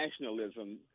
nationalism